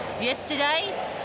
yesterday